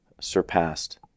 surpassed